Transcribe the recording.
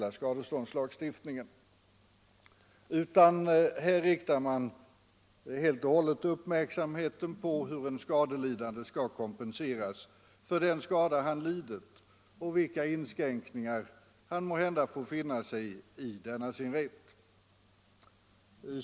I föreliggande proposition riktar man uppmärksamheten helt och hållet på hur en skadelidande skall kompenseras för den skada han lidit och vilka inskränkningar han måhända får vidkännas i denna sin rätt.